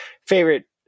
favorite